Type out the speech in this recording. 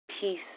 peace